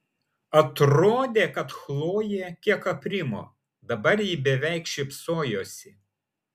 atrodė kad chlojė kiek aprimo dabar ji beveik šypsojosi